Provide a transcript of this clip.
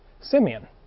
Simeon